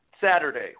Saturday